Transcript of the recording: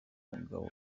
mugabo